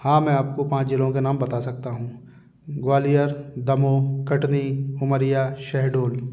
हाँ मैं आपको पाँच जिलों के नाम बता सकता हूँ ग्वालियर दमू कटरी हुमरिया शेहडोल